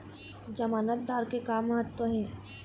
जमानतदार के का महत्व हे?